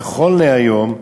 נכון להיום,